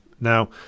Now